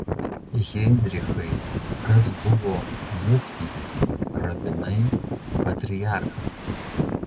heinrichai kas buvo muftijai rabinai patriarchas